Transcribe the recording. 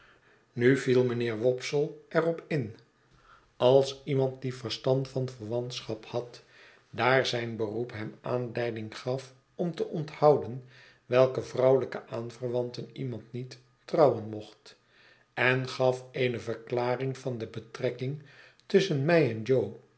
nu viel mijnheer wopsle er op in als iemand die verstand van verwantschap had daar zijn beroep hem aanleiding gaf om te onthouden welke vrouwelijke aanverwanten iemand niet trouwen mocht en gaf eene verklaring van de betrekking tusschen mij en